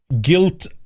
guilt